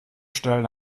stellen